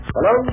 Hello